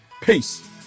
Peace